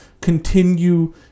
continue